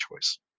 choice